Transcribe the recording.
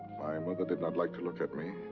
mother did not like to look at me.